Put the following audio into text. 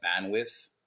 bandwidth